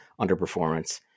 underperformance